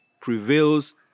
prevails